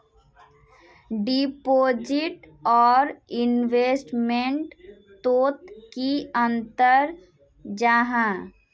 Deposit आर investment तोत की अंतर जाहा?